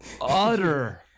utter